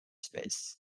space